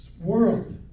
world